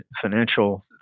financial